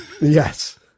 Yes